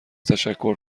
تشکر